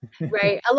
Right